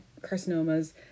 carcinomas